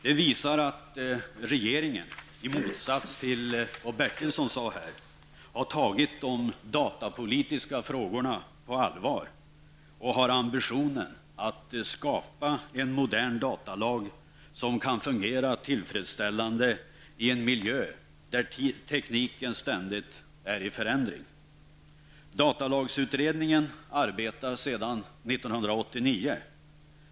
Det visar att regeringen, i motsats till vad Stig Bertilsson sade, har tagit de datapolitiska frågorna på allvar och att regeringen har ambition att skapa en modern datalag som kan fungera tillfredsställande i en miljö där tekniken ständigt är i förändring. Datalagsutredningen, DU, arbetar sedan 1989.